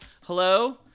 Hello